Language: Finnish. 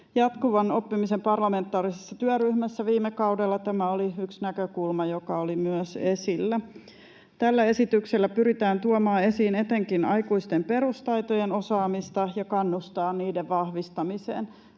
Jatkuvan oppimisen parlamentaarisessa työryhmässä viime kaudella tämä oli yksi näkökulma, joka oli myös esillä. Tällä esityksellä pyritään tuomaan esiin etenkin aikuisten perustaitojen osaamista ja kannustamaan niiden vahvistamiseen.